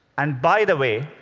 and by the way,